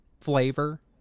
flavor